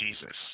Jesus